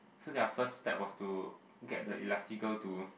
so their first step was to get the elastical to